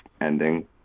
ending